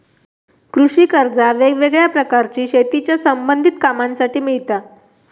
कृषि कर्जा वेगवेगळ्या प्रकारची शेतीच्या संबधित कामांसाठी मिळता